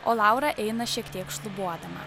o laura eina šiek tiek šlubuodama